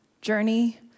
Journey